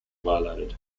violated